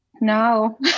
No